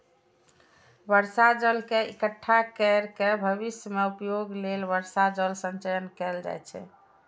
बर्षा जल के इकट्ठा कैर के भविष्य मे उपयोग लेल वर्षा जल संचयन कैल जाइ छै